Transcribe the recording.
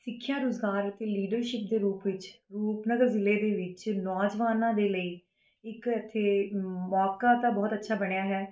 ਸਿੱਖਿਆ ਰੁਜ਼ਗਾਰ ਅਤੇ ਲੀਡਰਸ਼ਿੱਪ ਦੇ ਰੂਪ ਵਿੱਚ ਰੂਪਨਗਰ ਜ਼ਿਲ੍ਹੇ ਦੇ ਵਿੱਚ ਨੌਜਵਾਨਾਂ ਦੇ ਲਈ ਇੱਕ ਇੱਥੇ ਮੌਕਾ ਤਾਂ ਬਹੁਤ ਅੱਛਾ ਬਣਿਆ ਹੈ